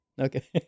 Okay